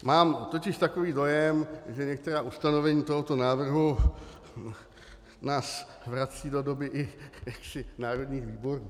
Mám totiž takový dojem, že některá ustanovení tohoto návrhu nás vracejí do doby národních výborů.